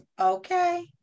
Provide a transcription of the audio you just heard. okay